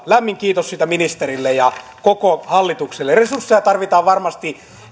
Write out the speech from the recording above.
lämmin kiitos siitä ministerille ja koko hallitukselle resursseja tarvitaan varmasti